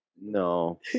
No